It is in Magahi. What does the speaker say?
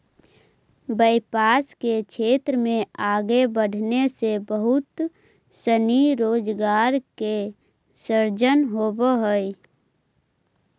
व्यवसाय के क्षेत्र में आगे बढ़े से बहुत सनी रोजगार के सृजन होवऽ हई